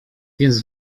więc